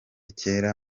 kera